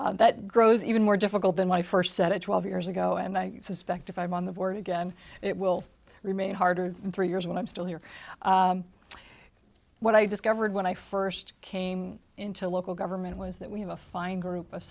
o that grows even more difficult than my first set of twelve years ago and i suspect if i'm on the board again it will remain harder than three years when i'm still here what i discovered when i first came into local government was that we have a fine group of